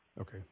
okay